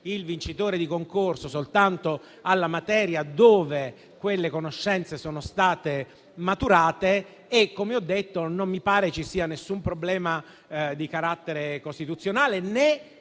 il vincitore di concorso soltanto alla materia nella quale quelle conoscenze sono state maturate. Come ho detto, non mi pare ci sia nessun problema di carattere costituzionale, né